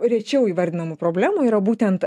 rečiau įvardinamų problemų yra būtent